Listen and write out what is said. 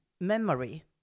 memory